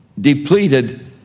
depleted